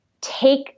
take